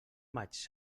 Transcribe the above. maig